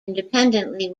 independently